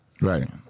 right